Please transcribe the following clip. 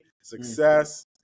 success